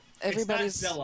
Everybody's